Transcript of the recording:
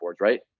right